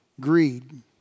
greed